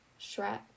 Shrek